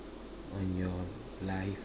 on your life